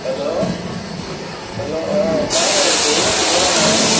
hello hello অ কাৰ এ এইটো ইলোৰা ন'